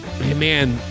Man